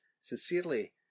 Sincerely